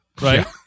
right